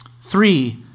Three